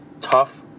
tough